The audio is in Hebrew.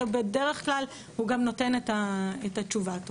ובדרך כלל הוא גם נותן את התשובה הטובה.